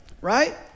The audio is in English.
right